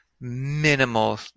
minimal